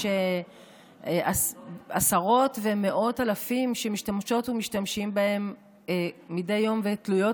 יש עשרות ומאות אלפים שמשתמשות ומשתמשים בהם מדי יום ותלויות